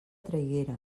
traiguera